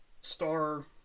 star